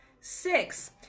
six